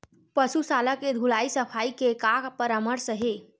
पशु शाला के धुलाई सफाई के का परामर्श हे?